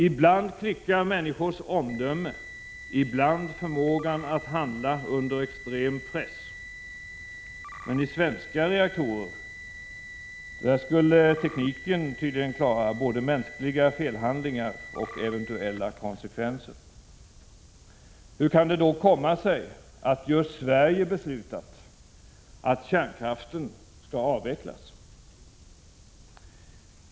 Ibland klickar människors omdöme, ibland förmågan att handla under extrem press. Men i svenska reaktorer skulle tekniken tydligen klara både mänskliga felhandlingar och eventuella konsekvenser. Hur kan det då komma sig, att just Sverige beslutat att kärnkraften skall avvecklas?